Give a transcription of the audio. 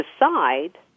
decide